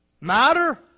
matter